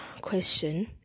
question